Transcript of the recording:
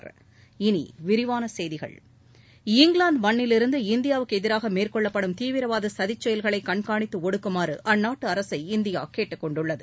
இனி விரிவான செய்திகள் இங்கிலாந்து மண்ணிலிருந்து இந்தியாவுக்கு எதிராக மேற்கொள்ளப்படும் தீவிரவாத சதிச் செயல்களைக் கண்ணகாணித்து ஒடுக்குமாறு அந்நாட்டு அரசை இந்தியா கேட்டுக்கொண்டுள்ளது